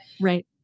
right